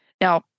Now